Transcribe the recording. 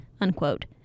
unquote